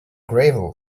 gravel